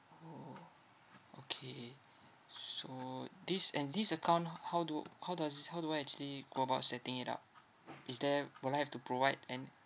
orh okay so this and this account h~ how do how does this how do I actually go about setting it up is there will I have to provide an~